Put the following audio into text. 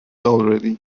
already